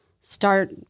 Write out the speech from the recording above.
start